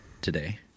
today